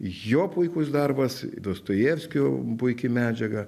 jo puikus darbas dostojevskio puiki medžiaga